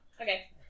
Okay